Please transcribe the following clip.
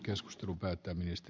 arvoisa puhemies